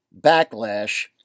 backlash